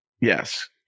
Yes